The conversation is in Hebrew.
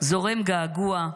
-- זורם געגוע,